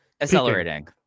accelerating